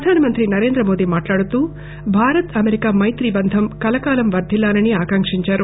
ప్రధానమంత్రి నరేంద్రమోదీ మాట్లాడుతూ భారత ి అమెరికా మైత్రీ బంధం కలకాలం వర్దిల్లాలని ఆయన ఆకాంక్షించారు